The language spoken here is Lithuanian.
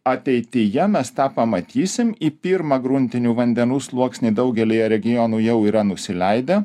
ateityje mes tą pamatysim į pirmą gruntinių vandenų sluoksnį daugelyje regionų jau yra nusileidę